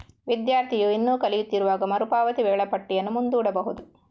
ವಿದ್ಯಾರ್ಥಿಯು ಇನ್ನೂ ಕಲಿಯುತ್ತಿರುವಾಗ ಮರು ಪಾವತಿ ವೇಳಾಪಟ್ಟಿಯನ್ನು ಮುಂದೂಡಬಹುದು